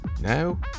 Now